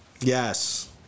Yes